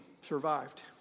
survived